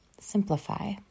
simplify